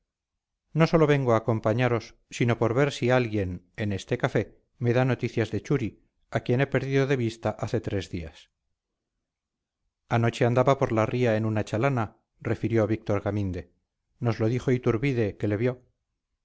no sólo vengo a acompañaros sino por ver si alguien en este café me da noticias de churi a quien he perdido de vista hace tres días anoche andaba por la ría en una chalana refirió víctor gaminde nos lo dijo iturbide que le vio